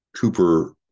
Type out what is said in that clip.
Cooper –